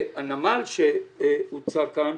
והנמל שהוצג כאן,